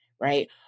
right